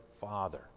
Father